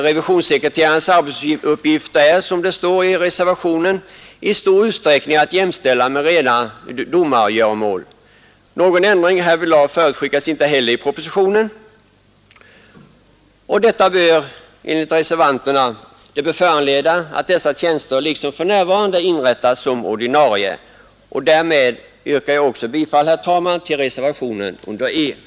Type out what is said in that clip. Revisionssekreterarnas arbetsuppgifter är, som det står i reservationen, i stor utsträckning att jämställa med rena domargöromål. Någon ändring härvidlag förutskickas inte heller i propositionen. Detta bör enligt reservanterna föranleda att dessa tjänster liksom för närvarande inrättas som ordinarie. Därmed yrkar jag också, herr talman, bifall till reservationen under punkten E.